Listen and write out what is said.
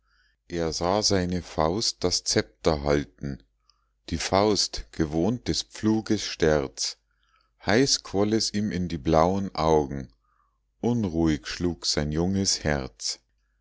er sah seine faust das szepter halten die faust gewohnt des pfluges sterz heiß quoll es ihm in die blauen augen unruhig schlug sein junges herz